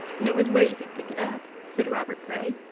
and it was where you could pick it up, said robert gray.